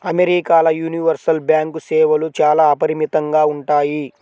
అమెరికాల universal bank సేవలు చాలా అపరిమితంగా ఉంటాయి